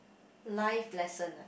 life lesson ah